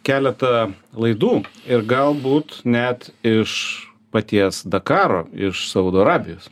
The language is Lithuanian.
keletą laidų ir galbūt net iš paties dakaro iš saudo arabijos